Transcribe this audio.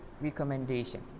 recommendation